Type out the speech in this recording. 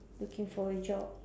looking for a job